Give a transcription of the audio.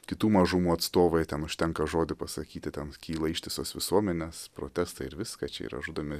kitų mažumų atstovai ten užtenka žodį pasakyti ten kyla ištisos visuomenės protestai ir viską čia yra žudomi